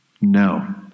No